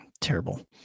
Terrible